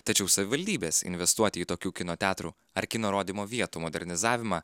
tačiau savivaldybės investuoti į tokių kino teatrų ar kino rodymo vietų modernizavimą